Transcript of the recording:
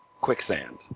quicksand